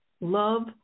love